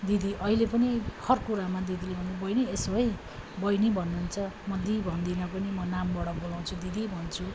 दिदी अहिले पनि हर कुरामा दिदीले भन्नु भयो यसो है बहिनी भन्नु हुन्छ म दि भन्दिनँ पनि म नामबाट बोलाउँछु दिदी भन्छु